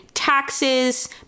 taxes